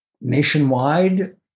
nationwide